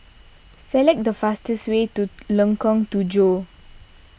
select the fastest way to Lengkok Tujoh